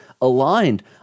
aligned